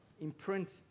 imprint